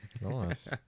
Nice